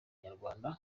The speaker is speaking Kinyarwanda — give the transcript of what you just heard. nyarwanda